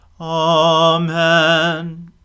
Amen